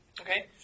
Okay